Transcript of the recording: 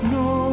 no